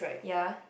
ya